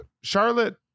Charlotte